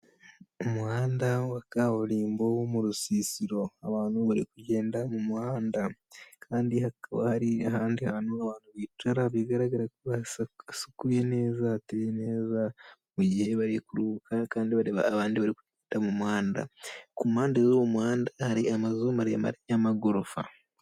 Umuhanda wa kaburimbo wo mu rusisiro, abantu bari kugenda mu muhanda kandi hakaba hari ahandi hantu abantu bicara, bigaragara ko hasukuye neza, hateye neza, mu gihe bari kuruhuka kandi bareba abandi bari kunyura mu muhanda, ku mpande z'uwo muhanda hari amazu maremare y'amagorofa.